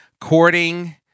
courting